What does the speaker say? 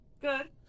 Good